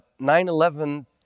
9-11